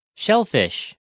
Shellfish